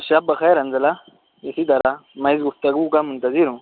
شب بخیر حنظلہ اسی طرح میں گفتگو کا منتظر ہوں